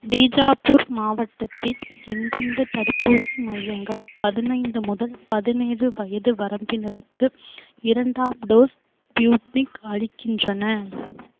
பீஜாப்பூர் மாவட்டத்தில் எந்தெந்த தடுப்பூசி மையங்கள் பதினைந்து முதல் பதினேழு வயது வரம்பினருக்கு இரண்டாம் டோஸ் ஸ்புட்னிக் அளிக்கின்றன